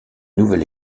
nouvel